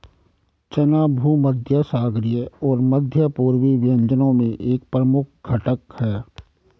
चना भूमध्यसागरीय और मध्य पूर्वी व्यंजनों में एक प्रमुख घटक है